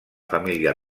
família